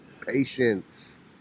Patience